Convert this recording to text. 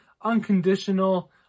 unconditional